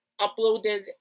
uploaded